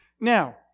Now